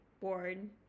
born